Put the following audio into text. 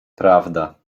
prawda